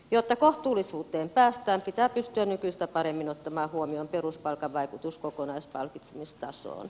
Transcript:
jotta kohtuullisuuteen päästään pitää pystyä nykyistä paremmin ottamaan huomioon peruspalkan vaikutus kokonaispalkitsemistasoon